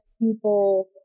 people